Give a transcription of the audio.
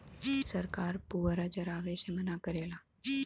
सरकार पुअरा जरावे से मना करेला